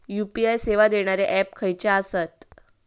UPI सेवा देणारे app खयचे आसत?